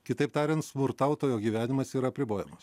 kitaip tariant smurtautojo gyvenimas yra apribojamas